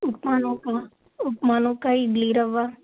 ఉప్మా నూక ఉప్మా నూక ఇడ్లీ రవ్వ